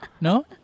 No